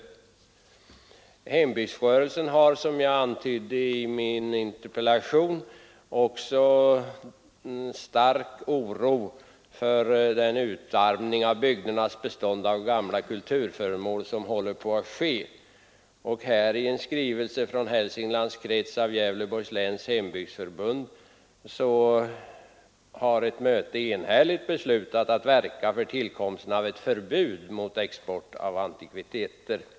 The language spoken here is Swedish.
Hembygdsrörelsen hyser också, som jag antydde i min interpellation, stark oro för den utarmning av bygdernas bestånd av gamla kulturföremål som håller på att ske. Enligt en skrivelse från Hälsinglands krets av Gävleborgs läns hembygdsförbund har ett möte enhälligt beslutat att verka för tillkomsten av ett förbud mot export av antikviteter.